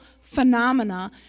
phenomena